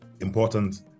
important